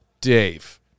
Dave